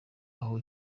aho